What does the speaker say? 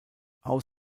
aus